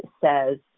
says